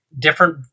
different